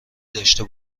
داشته